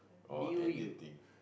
oh anything